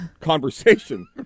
conversation